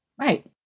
Right